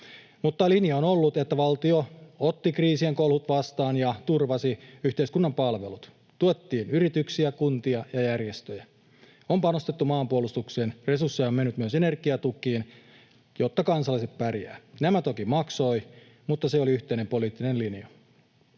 mutta linja on ollut, että valtio otti kriisien kolhut vastaan ja turvasi yhteiskunnan palvelut. Tuettiin yrityksiä, kuntia ja järjestöjä. On panostettu maanpuolustukseen. Resursseja on mennyt myös energiatukiin, jotta kansalaiset pärjäävät. Nämä toki maksoivat, mutta se oli yhteinen poliittinen linja,